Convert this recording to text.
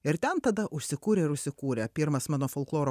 ir ten tada užsikūrė ir užsikūrė pirmas mano folkloro